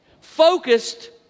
focused